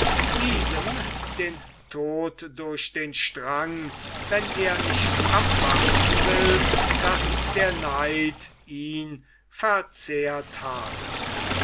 diesem den tod durch den strang wenn er nicht abwarten will daß der neid ihn verzehrt habe